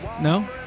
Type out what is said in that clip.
No